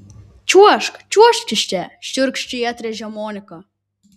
čiuožk čiuožk iš čia šiurkščiai atrėžė monika